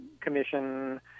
Commission